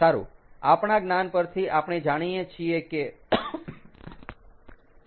સારું આપણાં જ્ઞાન પરથી આપણે જાણીએ છીએ કે